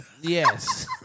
Yes